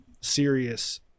serious